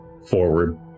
forward